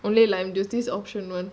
only lime juice that's option one